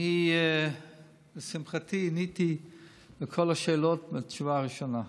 לשמחתי, אני עניתי על כל השאלות בתשובה הראשונה,